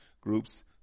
groups